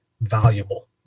valuable